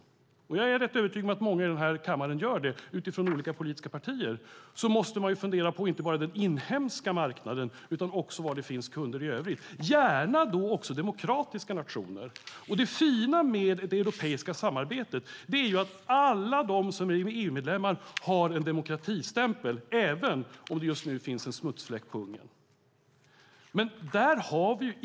Jag är ganska övertygad om att det är många från olika politiska partier här i kammaren som gör det. Man måste fundera inte bara på den inhemska marknaden utan också på var det finns kunder i övrigt. Det får gärna vara demokratiska nationer. Det fina med det europeiska samarbetet är att alla EU-medlemmar har en demokratistämpel, även om det just nu finns en smutsfläck på Ungern.